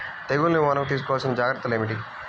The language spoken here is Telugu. తెగులు నివారణకు తీసుకోవలసిన జాగ్రత్తలు ఏమిటీ?